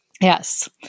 Yes